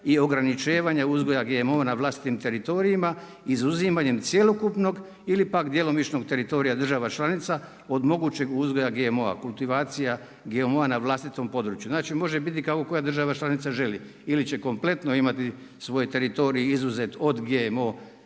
i ograničavanja uzgoja GMO-a na vlastitim teritorija izuzimanjem cjelokupnog ili pak djelomičnog teritorija država članica od mogućeg uzgoja GMO-a kultivacija GMO-a na vlastitom području. Znači može biti kako koja država članica želi ili će kompletno imati svoj teritorij izuzet od GMO